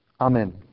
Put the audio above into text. Amen